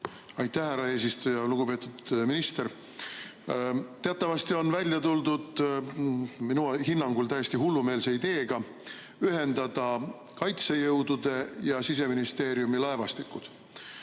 Aitäh, härra eesistuja! Lugupeetud minister! Teatavasti on välja tuldud minu hinnangul täiesti hullumeelse ideega ühendada kaitsejõudude ja Siseministeeriumi laevastik.